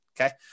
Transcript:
Okay